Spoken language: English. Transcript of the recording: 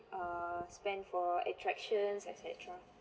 err spend for attractions et cetera